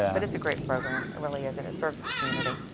ah but it's a great program. it really is and it serves its community,